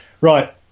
Right